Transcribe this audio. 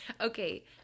Okay